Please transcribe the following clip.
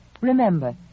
Remember